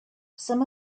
some